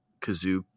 kazoo